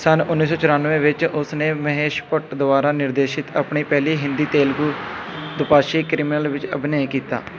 ਸੰਨ ਉੱਨੀ ਸੌ ਚੁਰਾਨਵੇਂ ਵਿੱਚ ਉਸ ਨੇ ਮਹੇਸ਼ ਭੱਟ ਦੁਆਰਾ ਨਿਰਦੇਸ਼ਿਤ ਆਪਣੀ ਪਹਿਲੀ ਹਿੰਦੀ ਤੇਲਗੂ ਦੁਭਾਸ਼ੀ ਕ੍ਰਿਮੀਨਲ ਵਿੱਚ ਅਭਿਨੈ ਕੀਤਾ